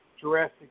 Jurassic